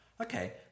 Okay